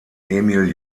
emil